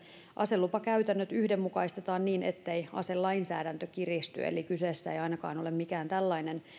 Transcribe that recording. aselupakäytännöt yhdenmukaistetaan niin ettei aselainsäädäntö kiristy eli kyseessä ei ainakaan ole mikään tällainen